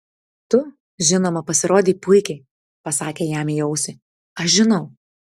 tu žinoma pasirodei puikiai pasakė jam į ausį aš žinau